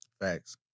Facts